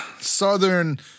Southern